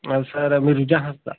ଆଉ ସାର୍ ମିରିଜା ହାସା